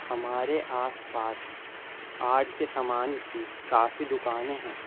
ہمارے آس پاس آرٹ کے سامان کی کافی دکانیں ہیں